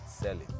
selling